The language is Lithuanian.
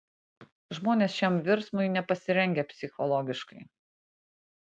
žmonės šiam virsmui nepasirengę psichologiškai